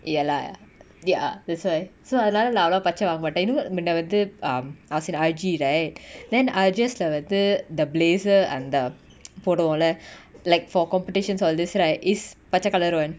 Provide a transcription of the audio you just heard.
ya lah ya that's why so அதனால நா அவலவா பச்ச வாங்க மாட்ட:athanala na avalava pacha vaanga maata in how but a வந்து:vanthu um I was the I_G right then I just lah வந்து:vanthu the blazer and the போடுவோல:poduvola like for competitions all this right is பச்ச:pacha colour one